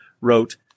wrote